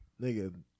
Nigga